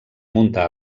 munta